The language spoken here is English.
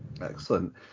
excellent